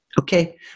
Okay